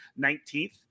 19th